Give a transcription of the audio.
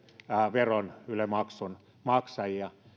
veron yle maksun maksajia